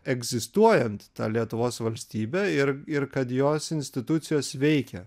egzistuojant tą lietuvos valstybę ir ir kad jos institucijos veikia